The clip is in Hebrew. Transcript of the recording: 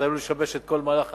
דבר זה עלול לשבש את כל מהלך